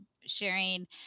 sharing